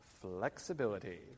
Flexibility